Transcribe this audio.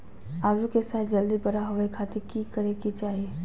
आलू के साइज जल्दी बड़ा होबे खातिर की करे के चाही?